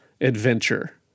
Adventure